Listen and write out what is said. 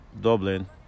Dublin